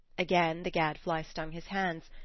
again the gadfly stung his hands,